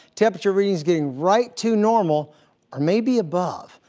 temperature readings getting right to normal or maybe above.